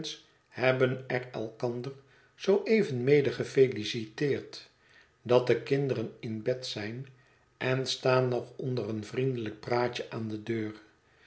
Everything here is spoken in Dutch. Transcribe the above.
hebben er elkander zoo even mede gefeliciteerd dat de kinderen iii bed zijn en staan nog onder een vriendelijk praatje aan de deur